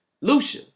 Lucia